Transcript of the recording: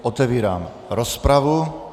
Otevírám rozpravu.